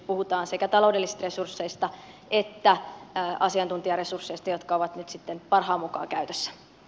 puhutaan sekä taloudellisista resursseista että asiantuntijaresursseista jotka ovat nyt parhaan mukaan käytössä